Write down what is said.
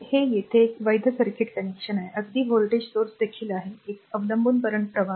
तर हे तेथे एक वैध सर्किट कनेक्शन आहे अगदी व्होल्टेज स्त्रोत देखील आहे एक अवलंबून Current प्रवाह